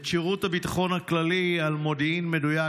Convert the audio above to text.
ואת שירות הביטחון הכללי על מודיעין מדויק